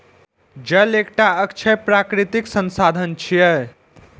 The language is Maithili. जल एकटा अक्षय प्राकृतिक संसाधन छियै